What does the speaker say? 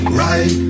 right